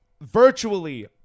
virtually